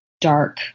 dark